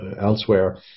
elsewhere